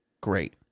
great